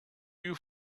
you